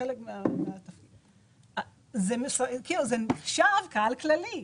זה נחשב קהל כללי.